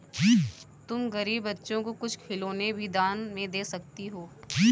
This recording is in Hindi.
तुम गरीब बच्चों को कुछ खिलौने भी दान में दे सकती हो